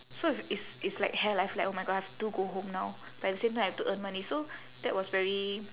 so if it's it's like hell I have like oh my god I have to go home now but at the same time I have to earn money so that was very